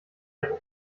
eine